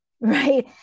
Right